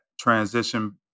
transition